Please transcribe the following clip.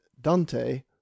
dante